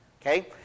Okay